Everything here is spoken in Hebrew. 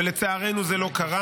ולצערנו זה לא קרה.